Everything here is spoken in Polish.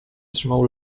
trzymał